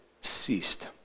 ceased